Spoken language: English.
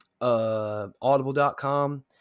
Audible.com